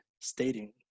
stating